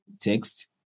text